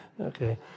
okay